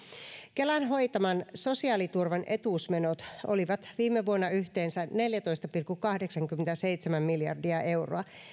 kelan hoitaman sosiaaliturvan etuusmenot olivat viime vuonna yhteensä neljätoista pilkku kahdeksankymmentäseitsemän miljardia euroa